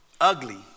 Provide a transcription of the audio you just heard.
ugly